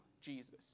Jesus